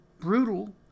brutal